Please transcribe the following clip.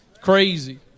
Crazy